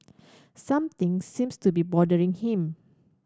something seems to be bothering him